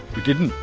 didn't.